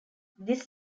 this